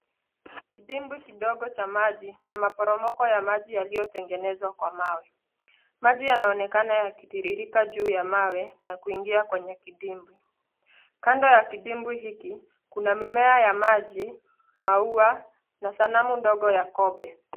Kidimbwi kidogo cha maji na maporomoko ya maji yaliyotengenezwa kwa mawe, maji yanaonekana yakitiririka juu ya mawe na kuingia kwenye kidimbwi, kando ya kidimbwi hiki kuna mimea ya maji, maua na sanamu ndogo ya kobe.